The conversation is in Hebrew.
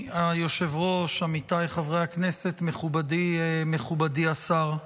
היושב-ראש, עמיתיי חברי הכנסת, מכובדי השר,